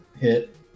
hit